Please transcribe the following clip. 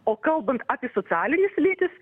o kalbant apie socialines lytis